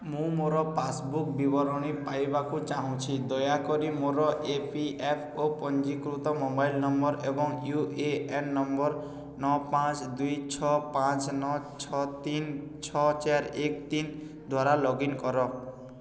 ମୁଁ ମୋର ପାସ୍ବୁକ୍ ବିବରଣୀ ପାଇବାକୁ ଚାହୁଁଛି ଦୟାକରି ମୋର ଇ ପି ଏଫ୍ ଓ ପଞ୍ଜୀକୃତ ମୋବାଇଲ ନମ୍ବର ଏବଂ ୟୁ ଏ ଏନ୍ ନମ୍ବର ନଅ ପାଞ୍ଚ ଦୁଇ ଛଅ ପାଞ୍ଚ ନଅ ନଅ ଛଅ ତିନି ଛଅ ଚାରି ଏକ ତିନି ଦ୍ଵାରା ଲଗ୍ ଇନ୍ କର